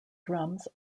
drums